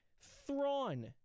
Thrawn